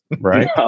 Right